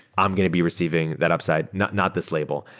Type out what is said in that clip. i'm going to be receiving that upside, not not this label.